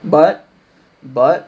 but but